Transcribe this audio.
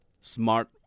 smart